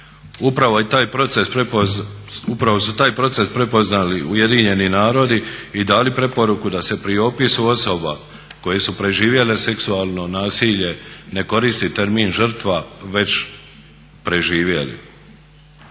upravo su taj proces prepoznali Ujedinjeni narodi i dali preporuku da se pri opisu osoba koje su preživjele seksualno nasilje ne koristi termin žrtva već preživjeli.